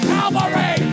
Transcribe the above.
Calvary